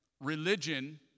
Religion